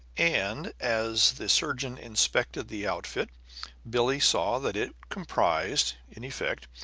and as the surgeon inspected the outfit billie saw that it comprised, in effect,